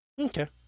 Okay